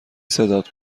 صدات